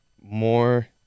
more